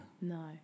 No